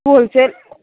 wholesale